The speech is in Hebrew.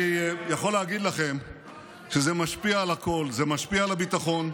אני יכול להגיד לכם שזה משפיע על הכול: זה משפיע על הביטחון,